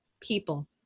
people